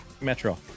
metro